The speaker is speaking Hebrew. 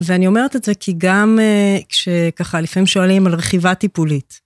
ואני אומרת את זה כי גם כשככה, לפעמים שואלים על רכיבה טיפולית.